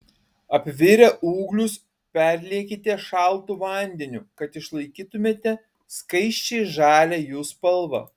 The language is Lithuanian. apvirę ūglius perliekite šaltu vandeniu kad išlaikytumėte skaisčiai žalią jų spalvą